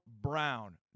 Brown